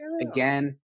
Again